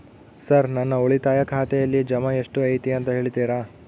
Sir ನನ್ನ ಉಳಿತಾಯ ಖಾತೆಯಲ್ಲಿ ಜಮಾ ಎಷ್ಟು ಐತಿ ಅಂತ ಹೇಳ್ತೇರಾ?